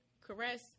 caress